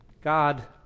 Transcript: God